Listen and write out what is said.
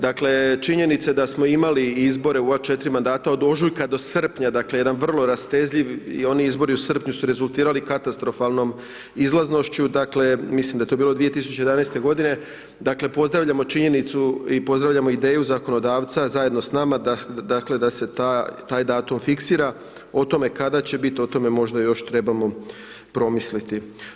Dakle, činjenice da smo imali izbore u ova 4 mandata od ožujka do srpnja, dakle, jedan vrlo rastezljiv i oni izbori u srpnju su rezultirali katastrofalnom izlizanošću, dakle, mislim da je to bilo 2011. g. dakle, pozdravljamo činjenicu i pozdravljamo ideju zakonodavca, zajedno s nama, da se taj datum fiksira, o tome kada će biti, o tome možda još trebamo promisliti.